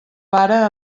vara